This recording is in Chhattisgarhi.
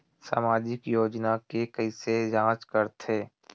सामाजिक योजना के कइसे जांच करथे?